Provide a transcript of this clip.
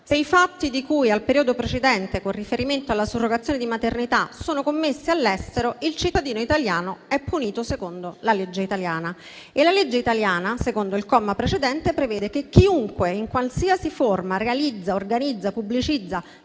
«Se i fatti di cui al periodo precedente, con riferimento alla surrogazione di maternità, sono commessi all'estero, il cittadino italiano è punito secondo la legge italiana». E la legge italiana, al comma 6, prevede che «chiunque, in qualsiasi forma, realizza, organizza o pubblicizza